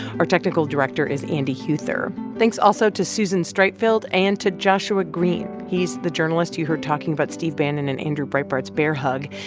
our technical director is andy huether. thanks also to susan streitfeld and to joshua green. he's the journalist you heard talking about steve bannon and andrew breitbart's bear hug.